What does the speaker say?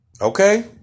Okay